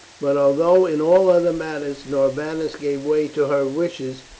but although in all other matters norbanus gave way to her wishes,